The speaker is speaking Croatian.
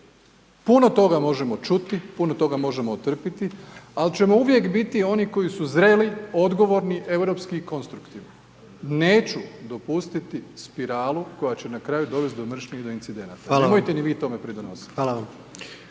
Puno toga možemo čuti, puno toga možemo otrpiti, al ćemo uvijek biti oni koji su zreli, odgovorni, europski, konstruktivni, neću dopustiti spiralu koja će na kraju dovesti do mržnje i do incidenata …/Upadica: Hvala vam./… nemojte ni vi tome pridonositi.